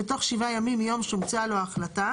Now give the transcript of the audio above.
בתוך שבעה ימים מיום שהומצאה לו ההחלטה.